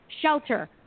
shelter